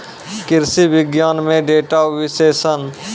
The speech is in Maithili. कृषि विज्ञान में डेटा विश्लेषण